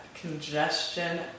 congestion